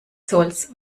zolls